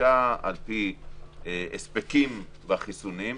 על פי התקדמות החיסונים,